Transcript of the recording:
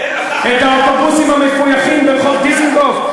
אין, את האוטובוסים המפויחים ברחוב דיזנגוף?